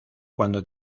cuando